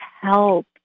help